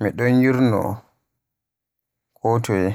mi ɗon yurno ko toye.